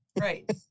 Right